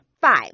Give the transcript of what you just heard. Five